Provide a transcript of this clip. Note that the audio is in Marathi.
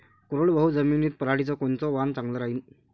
कोरडवाहू जमीनीत पऱ्हाटीचं कोनतं वान चांगलं रायीन?